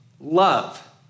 love